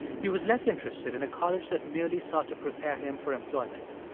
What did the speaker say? he was less interested in a college that merely sought to prepare him for employment.